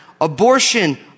abortion